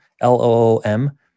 L-O-O-M